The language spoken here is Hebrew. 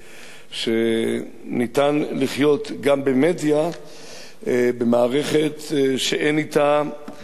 שאפשר לחיות גם במדיה במערכת שאין אתה לשון הרע.